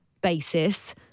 basis